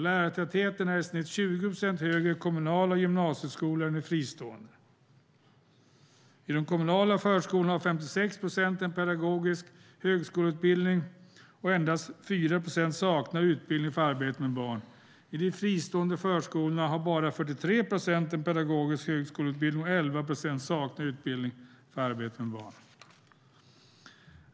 Lärartätheten är i snitt 20 procent högre i kommunala gymnasieskolor än i fristående. I de kommunala förskolorna har 56 procent en pedagogisk högskoleutbildning, och endast 4 procent saknar utbildning för arbete med barn. I de fristående förskolorna har bara 43 procent en pedagogisk högskoleutbildning, och 11 procent saknar utbildning för arbete med barn.